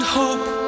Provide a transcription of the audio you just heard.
hope